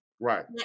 Right